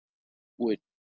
would